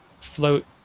float